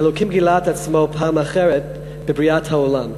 שאלוקים גילה את עצמו פעם אחרת, בבריאת העולם,